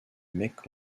mecs